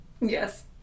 Yes